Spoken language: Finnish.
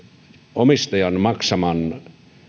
omistajan maksaman